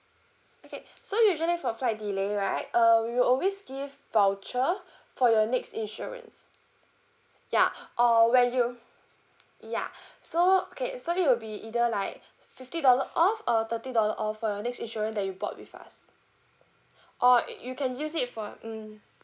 okay so usually for flight delay right um we'll always give voucher for your next insurance ya or when you ya so okay so it will be either like fifty dollar off or thirty dollar off for your next insurance that you bought with us or you can use it for um